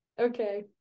okay